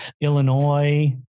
Illinois